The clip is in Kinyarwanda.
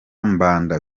mbanda